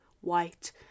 white